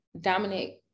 Dominic